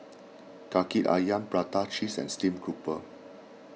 Kaki Ayam Prata Cheese and Steamed Grouper